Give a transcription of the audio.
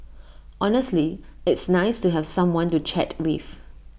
honestly it's nice to have someone to chat with